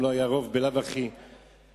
ובלאו הכי גם לא היה רוב.